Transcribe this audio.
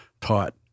taught